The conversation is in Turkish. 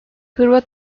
hırvat